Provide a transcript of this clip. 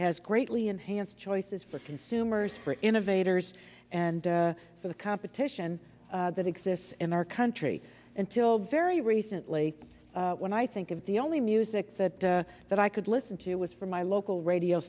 has greatly enhanced choices for consumers for innovators and for the competition that exists in our country until very recently when i think of the only music that that i could listen to was from my local radio